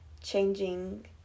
changing